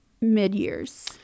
mid-years